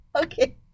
Okay